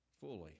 fully